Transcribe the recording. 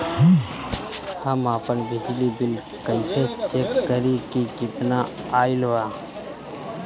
हम आपन बिजली बिल कइसे चेक करि की केतना आइल बा?